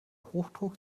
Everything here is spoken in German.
hochdruck